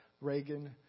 Reagan